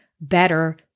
better